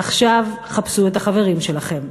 עכשיו, חפשו את החברים שלכם.